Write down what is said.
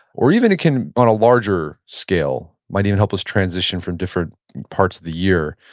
or even it can, on a larger scale, might even help us transition from different parts of the year.